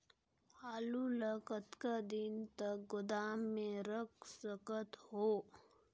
आलू ल कतका दिन तक गोदाम मे रख सकथ हों?